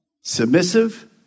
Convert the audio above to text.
Submissive